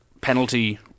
penalty